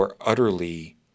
utterly